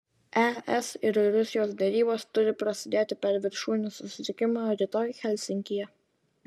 es ir rusijos derybos turi prasidėti per viršūnių susitikimą rytoj helsinkyje